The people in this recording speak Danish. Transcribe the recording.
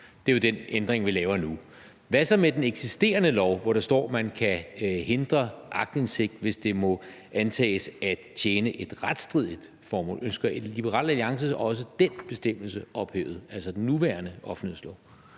Det er jo den ændring, vi laver nu. Hvad så med den eksisterende lov, hvor der står, at man kan hindre aktindsigt, hvis det må antages at tjene et retsstridigt formål? Ønsker Liberal Alliance også den bestemmelse ophævet, altså i den nuværende offentlighedslov?